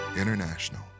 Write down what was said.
International